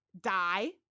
die